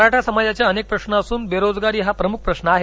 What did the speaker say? मराठा समाजाचे अनेक प्रश्न असून बेरोजगारी हा प्रमुख प्रश्न आहे